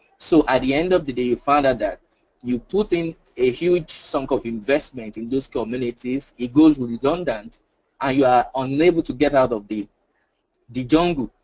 so at the end of the day you find out that you put in a huge chunk of investment in those communities, it goes and redundant and ah you are unable to get out of the the jungle.